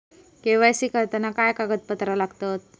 KYC करताना काय कागदपत्रा लागतत?